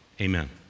Amen